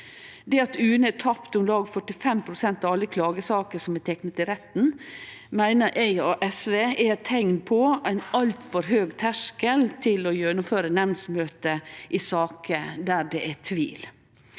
Det at UNE har tapt om lag 45 pst. av alle klagesaker som er tekne til retten, meiner eg og SV er eit teikn på ein altfor høg terskel til å gjennomføre nemndmøte i saker der det er tvil.